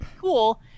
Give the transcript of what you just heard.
Cool